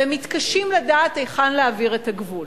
והם מתקשים לדעת היכן להעביר את הגבול.